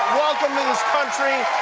welcome to this country.